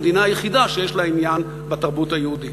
המדינה היחידה שיש לה עניין בתרבות היהודית.